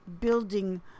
building